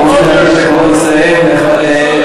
אנחנו רוצים לתת את הכבוד לסיים ליושב-ראש